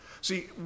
See